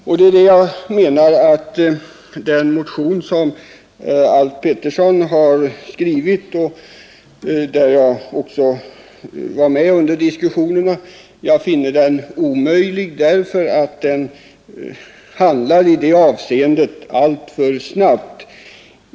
Jag menar därför att den motion som herr Alf Pettersson har skrivit — jag var också med under diskussionerna beträffande den — är omöjlig, eftersom den medför att man skulle handla alltför snabbt.